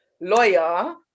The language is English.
lawyer